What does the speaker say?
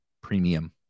premium